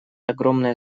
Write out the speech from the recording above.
огромное